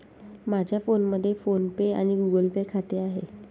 माझ्या फोनमध्ये PhonePe आणि गुगल पे खाते आहे